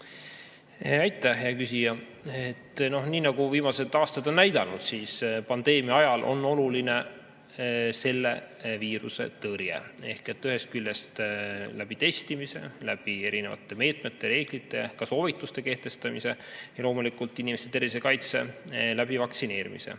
Aitäh, hea küsija! Nii nagu viimased aastad on näidanud, on pandeemia ajal oluline viiruse tõrje, ühest küljest läbi testimise, läbi erinevate meetmete, läbi reeglite ja soovituste kehtestamise ning loomulikult inimeste tervise kaitse läbi vaktsineerimise.